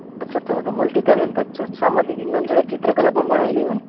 અચ્છા તમે તો મલ્ટી ટેલેન્ટેડ છો સામાજિક વિજ્ઞાન જોડે ચિત્રકલા પણ ભણાવી લ્યો એમ